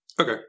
Okay